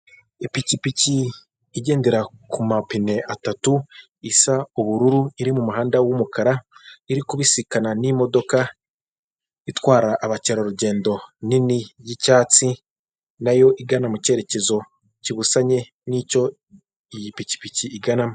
Ipikipiki igendera ku mapine atatu, isa ubururu, iri mu muhanda w'umukara, iri kubisikana n'imodoka itwara abakerarugendo nini y'icyatsi, na yo igana mu cyerekezo kibusanye n'icyo iyi pikipiki iganamo.